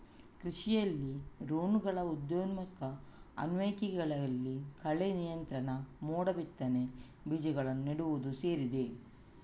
ಕೃಷಿಯಲ್ಲಿ ಡ್ರೋನುಗಳ ಉದಯೋನ್ಮುಖ ಅನ್ವಯಿಕೆಗಳಲ್ಲಿ ಕಳೆ ನಿಯಂತ್ರಣ, ಮೋಡ ಬಿತ್ತನೆ, ಬೀಜಗಳನ್ನು ನೆಡುವುದು ಸೇರಿದೆ